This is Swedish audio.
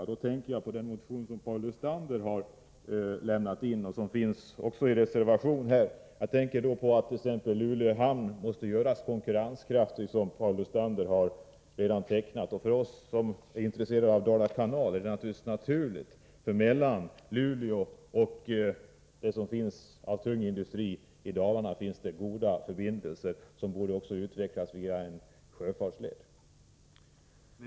Paul Lestander har motionerat — frågan har även aktualiserats i en reservation vid detta betänkande — om att Luleå hamn måste bli konkurrenskraftig. För oss som är intresserade av Dald kanal-projektet är det självfallet helt naturligt. Förbindelserna mellan Luleå och orterna med tunga industrier i Dalarna är goda. De borde emellertid kompletteras med en sjöfartsled.